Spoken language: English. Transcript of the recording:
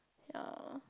ya